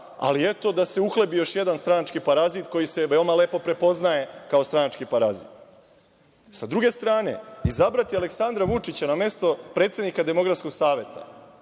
Ali, eto, da se uhlebi još jedan stranački parazit koji se veoma lepo prepoznaje kao stranački parazit. Sa druge strane, izabrati Aleksandra Vučića na mesto predsednika Demografskog saveta